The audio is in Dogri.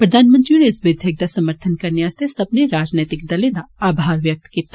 प्रधानमंत्री होरें इस विधेयक दा समर्थन करने आस्तै सब्बने राजनैतिक दलें दा आभार व्यक्त कीता